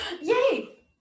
Yay